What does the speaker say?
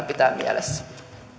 pitää mielessä